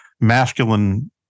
masculine